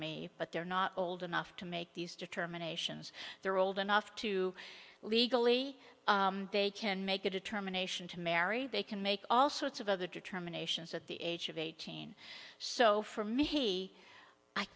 me but they're not old enough to make these determinations they're old enough to legally they can make a determination to marry they can make all sorts of other determinations at the age of eighteen so for me i